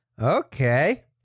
Okay